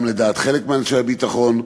גם לדעת חלק מאנשי הביטחון,